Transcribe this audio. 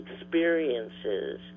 experiences